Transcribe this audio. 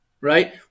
right